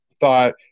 thought